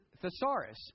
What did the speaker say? thesaurus